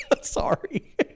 Sorry